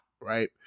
right